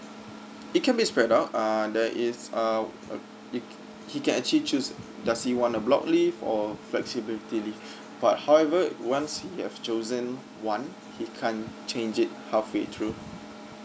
it can be spread out err that is uh uh he can actually choose does he want a block leave or flexibility leave but however once he has chosen one he can't change it halfway through